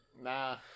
nah